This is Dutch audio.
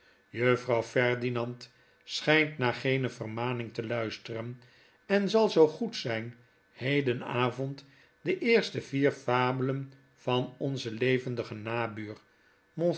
juffrouw ferdinand schijnt naar geene vermaning te luisteren en zal zoo goed zyn hedenavond de eerste vier labelen vanonzenlevendigen nabuur